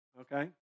okay